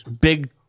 big